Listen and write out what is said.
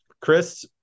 Chris